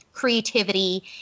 creativity